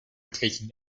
taking